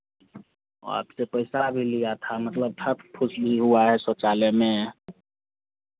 आपसे पैसा भी लिया था मतलब ठग फुस भी हुआ है शौचालय में